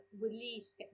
release